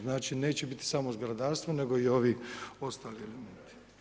Znači neće biti samo zgradarstvo nego i ovi ostali elementi.